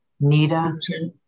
Nita